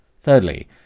Thirdly